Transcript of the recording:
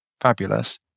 fabulous